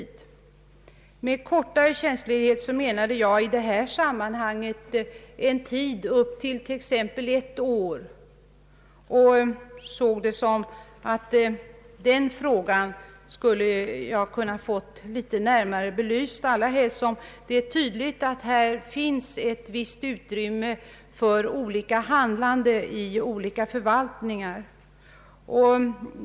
Med kortare tjänstledighet menade jag i det här sammanhanget en tid på t.ex. upp till ett år, men den frågan skulle jag velat få litet närmare belyst, allra helst som det är tydligt att det finns ett visst utrymme för olika handlande i olika statliga förvaltningar.